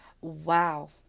Wow